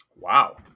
Wow